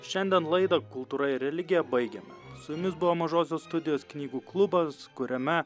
šiandien laidą kultūra ir religija baigiame su jumis buvo mažosios studijos knygų klubas kuriame